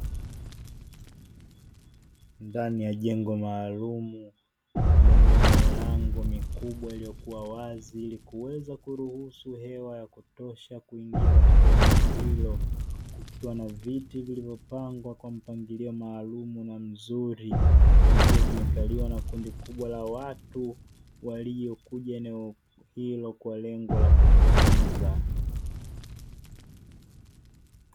Ndani ya jengo maalumu lenye milango mikubwa iliyokuwa wazi ili kuweza kuruhusu hewa ya kutosha kuingia katika eneo hilo kukiwa na viti vilivyopangwa kwa mpangilio maalumu na mzuri vikiwa vimekaliwa na kundi kubwa la watu waliokuja eneo hilo kwa lengo la kujifunza.